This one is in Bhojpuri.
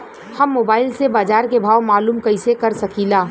हम मोबाइल से बाजार के भाव मालूम कइसे कर सकीला?